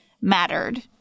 mattered